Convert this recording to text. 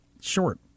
short